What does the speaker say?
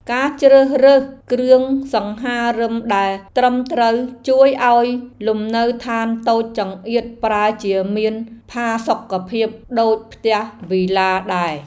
ការជ្រើសរើសគ្រឿងសង្ហារិមដែលត្រឹមត្រូវជួយឱ្យលំនៅឋានតូចចង្អៀតប្រែជាមានផាសុកភាពដូចផ្ទះវីឡាដែរ។